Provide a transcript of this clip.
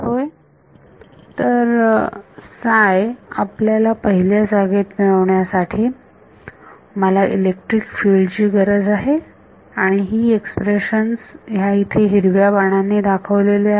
होय तर साय आपल्याला पहिल्या जागेत मिळवण्यासाठी मला इलेक्ट्रिक फिल्ड ची गरज आहे आणि ही एक्सप्रेशन्स ह्या इथे हिरव्या बाणांनी दाखवलेले आहेत